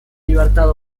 libertad